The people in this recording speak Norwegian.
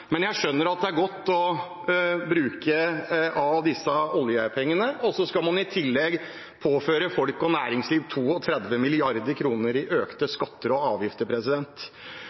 Men jeg skjønner at det er godt å bruke av disse oljepengene, og så skal man i tillegg påføre folk og næringsliv 32 mrd. kr i økte skatter og avgifter.